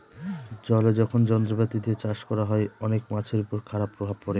জলে যখন যন্ত্রপাতি দিয়ে চাষ করা হয়, অনেক মাছের উপর খারাপ প্রভাব পড়ে